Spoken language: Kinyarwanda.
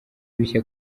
bishya